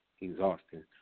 exhausting